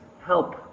help